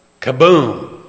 kaboom